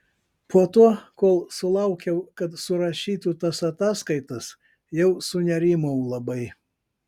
po to kol sulaukiau kad surašytų tas ataskaitas jau sunerimau labai